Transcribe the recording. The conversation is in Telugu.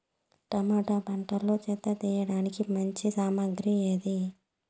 టమోటా పంటలో చెత్త తీయడానికి మంచి సామగ్రి ఏది?